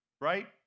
right